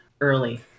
early